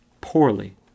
poorly